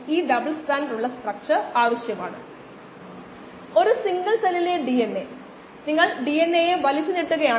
ആദ്യത്തേത് OD അല്ലെങ്കിൽ optical density എന്ന് വിളിക്കുന്നു OD എന്നത് ഒപ്റ്റിക്കൽ ഡെൻസിറ്റി സൂചിപ്പിക്കുന്നു